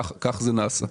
כך זה נעשה.